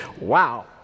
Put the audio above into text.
Wow